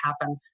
happen